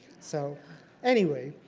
so anyway,